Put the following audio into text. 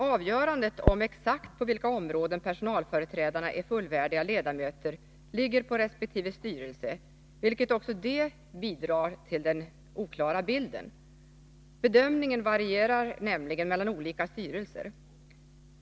Att exakt avgöra på vilka områden personalföreträdarna är fullvärdiga ledamöter ligger på resp. styrelse, vilket också det bidrar till den oklara bilden. Bedömningen varierar nämligen mellan olika styrelser.